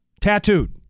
tattooed